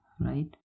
right